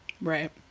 right